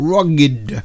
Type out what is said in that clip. Rugged